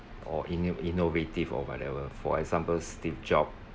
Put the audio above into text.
or ino~ innovative or whatever for example steve job